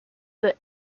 the